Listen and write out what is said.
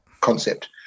concept